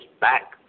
back